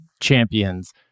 champions